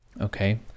Okay